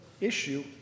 issue